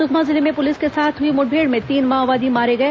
सुकमा जिले में पुलिस के साथ हुई मुठभेड़ में तीन माओवादी मारे गए